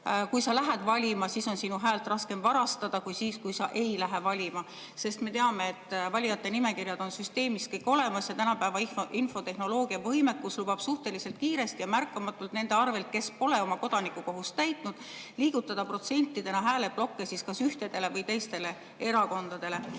kui sa lähed valima, siis on sinu häält raskem varastada kui siis, kui sa ei lähe valima. Sest me teame, et valijate nimekirjad on süsteemis kõik olemas ja tänapäeva infotehnoloogiavõimekus lubab suhteliselt kiiresti ja märkamatult kasutades neid, kes pole oma kodanikukohust täitnud, liigutada protsentidena hääleplokke kas ühtedele või teistele erakondadele.Me